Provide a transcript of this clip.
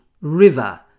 river